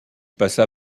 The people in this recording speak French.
passa